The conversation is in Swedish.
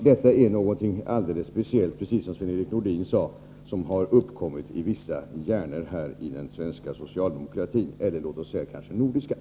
Detta är, som Sven-Erik Nordin sade, något som har uppkommit i vissa hjärnor i den svenska — eller kanske den nordiska — socialdemokratin.